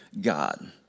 God